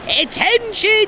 attention